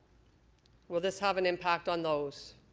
will this have an impact on those?